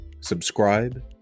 subscribe